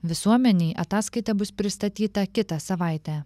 visuomenei ataskaita bus pristatyta kitą savaitę